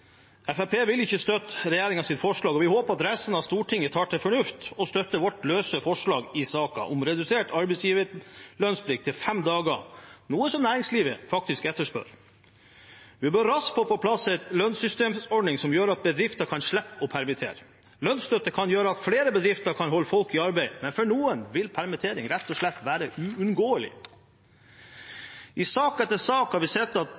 vil ikke støtte regjeringens forslag, og vi håper at resten av Stortinget tar til fornuft og støtter vårt løse forslag i saken, om redusert arbeidsgiverlønnsplikt til fem dager, noe næringslivet faktisk etterspør. Vi bør raskt få på plass en lønnssystemordning som gjør at bedrifter kan slippe å permittere. Lønnsstøtte kan gjøre at flere bedrifter kan holde folk i arbeid, men for noen vil permittering rett og slett være uunngåelig. I sak etter sak har vi sett